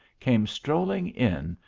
came strolling in,